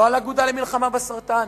לא על האגודה למלחמה בסרטן.